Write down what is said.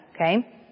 Okay